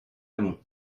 amont